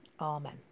Amen